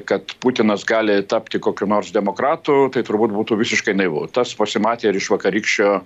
kad putinas gali tapti kokiu nors demokratu tai turbūt būtų visiškai naivu tas pasimatė ir iš vakarykščio